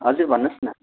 हजुर भन्नुहोस् न